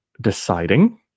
deciding